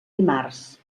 dimarts